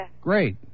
Great